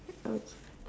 okay